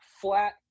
flat